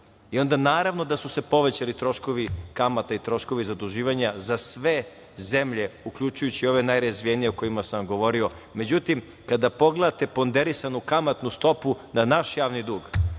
I onda naravno, da su se povećali troškovi kamata i troškovi zaduživanja za sve zemlje uključujući ove najrazvijenije o kojima sam vam govorio. Međutim, kada pogledate ponderisanu kamatnu stopu na naš javni dug,